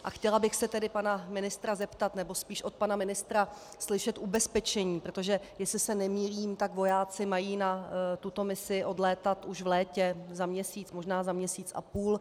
A chtěla bych se tedy pana ministra zeptat, nebo spíš od pana ministra slyšet ubezpečení protože jestli se nemýlím, tak vojáci mají na tuto misi odlétat již v létě, za měsíc, možná za měsíc a půl.